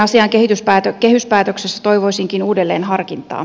yhteen asiaan kehyspäätöksessä toivoisinkin uudelleenharkintaa